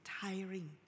tiring